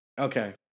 Okay